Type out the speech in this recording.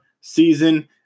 season